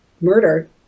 murder